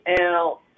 out